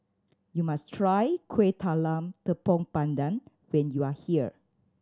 you must try Kuih Talam Tepong Pandan when you are here